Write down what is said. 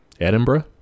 Edinburgh